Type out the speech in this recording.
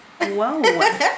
Whoa